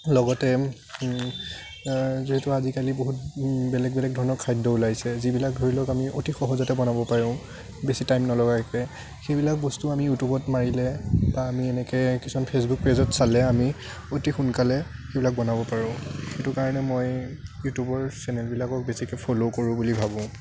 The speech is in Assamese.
লগতে যিহেতু আজিকালি বহুত বেলেগ বেলেগ ধৰণৰ খাদ্য ওলাইছে যিবিলাক ধৰি লওক আমি অতি সহজতে বনাব পাৰোঁ বেছি টাইম নলগাকে সেইবিলাক বস্তু আমি ইউটিউবত মাৰিলে বা আমি এনেকে কিছুমান ফেচবুক পেজত চালে আমি অতি সোনকালে সেইবিলাক বনাব পাৰোঁ সেইটো কাৰণে মই ইউটিউবৰ চেনেলবিলাকক বেছিকে ফল' কৰোঁ বুলি ভাবোঁ